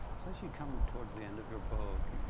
so as you come towards the end of your book,